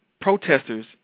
protesters